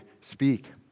speak